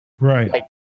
right